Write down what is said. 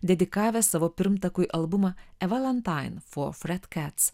dedikavęs savo pirmtakui albumą e valentain for fred kets